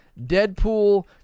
Deadpool